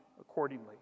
accordingly